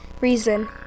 reason